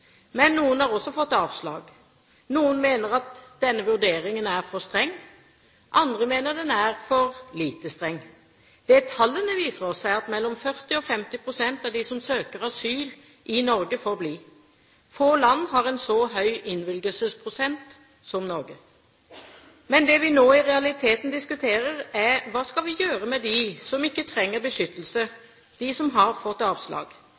Men noen har også fått avslag. Noen mener at denne vurderingen er for streng, andre mener den er for lite streng. Det tallene viser oss, er at mellom 40 pst. og 50 pst. av dem som søker asyl i Norge, får bli. Få land har en så høy innvilgelsesprosent som Norge. Men det vi nå i realiteten diskuterer, er: Hva skal vi gjøre med dem som ikke trenger beskyttelse, som har fått avslag,